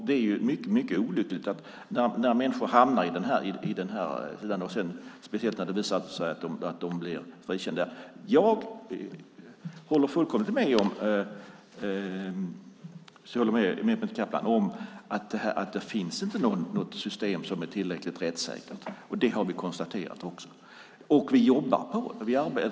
Det är mycket olyckligt att människor hamnat där som sedan, visar det sig, har blivit frikända. Jag håller fullkomligt med Mehmet Kaplan om att det inte finns något system som är tillräckligt rättssäkert. Det har vi också konstaterat.